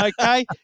okay